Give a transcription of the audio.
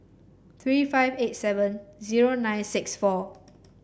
three five eight seven zero nine six four